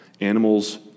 Animals